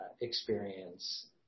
experience